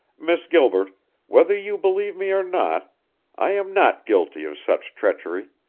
miss gilbert whether you believe me or not i am not guilty of such treachery.